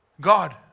God